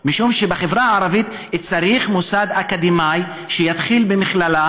משום שבחברה הערבית צריך מוסד אקדמי שיתחיל במכללה